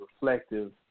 reflective